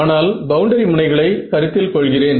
ஆனால் பவுண்டரி முனைகளை கருத்தில் கொள்கிறேன்